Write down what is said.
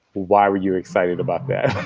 why were you excited about that,